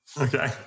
Okay